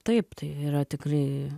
taip tai yra tikrai